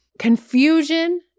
confusion